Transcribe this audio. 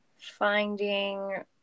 finding